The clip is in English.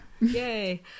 Yay